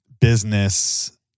business